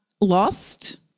lost